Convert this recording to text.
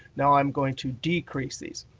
now i'm going to decrease these.